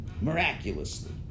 miraculously